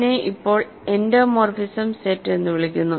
ഇതിനെ ഇപ്പോൾ endomorphism set എന്ന് വിളിക്കുന്നു